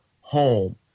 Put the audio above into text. home